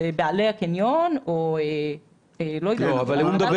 שזה יהיה בעלי הקניון או --- אבל מיכל,